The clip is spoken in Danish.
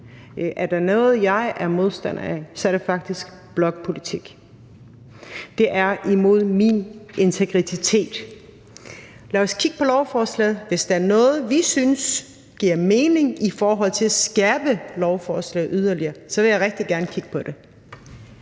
Er der noget, jeg er modstander af, så er det faktisk blokpolitik. Det er imod min integritet. Lad os kigge på lovforslaget, og hvis der er noget, vi synes giver mening i forhold til at skærpe lovforslaget yderligere, så vil jeg rigtig gerne kigge på det.